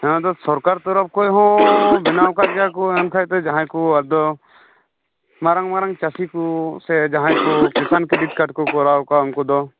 ᱦᱮᱸ ᱟᱫᱚ ᱥᱚᱨᱠᱟᱨ ᱛᱚᱨᱚᱯᱷ ᱠᱷᱚᱱ ᱦᱚᱸ ᱵᱮᱱᱟᱣ ᱟᱠᱟᱫ ᱜᱮᱭᱟ ᱠᱚ ᱮᱱᱠᱷᱟᱱ ᱫᱚ ᱡᱟᱦᱟᱸᱭ ᱫᱚ ᱟᱫᱚ ᱢᱟᱨᱟᱝ ᱢᱟᱨᱟᱝ ᱪᱟᱥᱤ ᱠᱚ ᱥᱮ ᱡᱟᱦᱟᱸᱭ ᱠᱚ ᱠᱤᱥᱟᱱ ᱠᱨᱮᱰᱤᱴ ᱠᱟᱨᱰ ᱠᱚ ᱠᱚᱨᱟᱣ ᱟᱠᱟᱫ ᱩᱱᱠᱩ ᱫᱚ